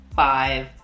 five